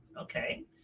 Okay